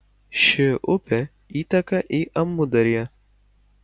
ši upė įteka į amudarją